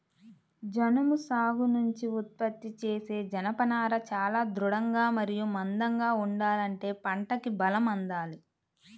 జనుము సాగు నుంచి ఉత్పత్తి చేసే జనపనార చాలా దృఢంగా మరియు మందంగా ఉండాలంటే పంటకి బలం అందాలి